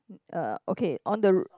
uh okay on the r~